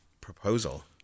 proposal